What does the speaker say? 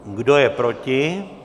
Kdo je proti?